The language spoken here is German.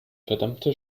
verdammte